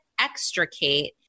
extricate